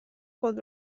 خود